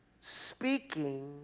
speaking